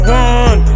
one